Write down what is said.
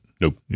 Nope